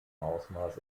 ausmaß